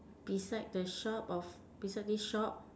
beside the shop of beside this shop